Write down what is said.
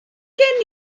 gen